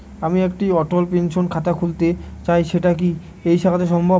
আমি একটি অটল পেনশন খাতা খুলতে চাই সেটা কি এই শাখাতে সম্ভব?